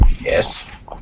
Yes